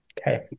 Okay